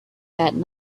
that